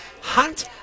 hunt